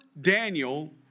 Daniel